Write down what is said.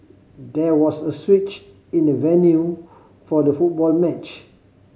there was a switch in the venue for the football match